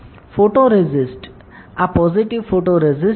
photoresist આ positive photoresist છે